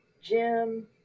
Jim